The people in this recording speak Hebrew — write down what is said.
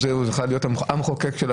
אני מבקש מראש